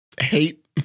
Hate